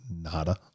NADA